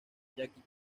jackie